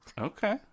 Okay